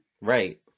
Right